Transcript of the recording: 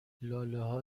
لالهها